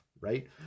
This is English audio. right